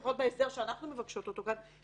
לפחות בהסדר שאנחנו מבקשות אותו כאן,